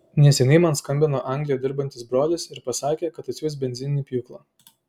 neseniai man skambino anglijoje dirbantis brolis ir pasakė kad atsiųs benzininį pjūklą